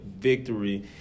victory